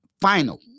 final